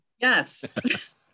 Yes